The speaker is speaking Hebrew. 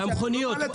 והמכוניות.